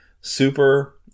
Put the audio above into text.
super